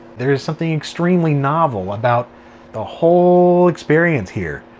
there is something extremely novel about the whole experience here.